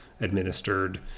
administered